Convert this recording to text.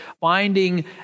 finding